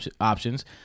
options